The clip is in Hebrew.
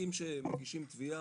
מעסיקים שמגישים תביעה,